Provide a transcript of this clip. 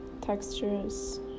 textures